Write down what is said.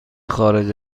خارج